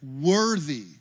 worthy